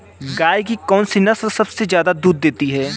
गाय की कौनसी नस्ल सबसे ज्यादा दूध देती है?